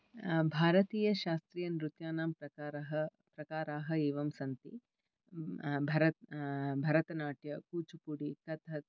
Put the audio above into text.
भारतीयशास्त्रीयनृत्यानां प्रकाराः एवं सन्ति भरतनाट्यं कुचुपुडि कथक्